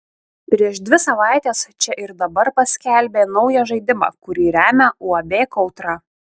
prieš dvi savaites čia ir dabar paskelbė naują žaidimą kurį remia uab kautra